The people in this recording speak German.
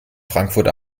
frankfurt